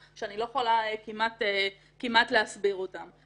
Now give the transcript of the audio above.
שאני לא יכולה כמעט להסביר אותם.